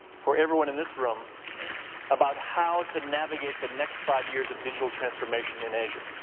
for everyone in this room about how to navigate the next five years of digital transformation in asia.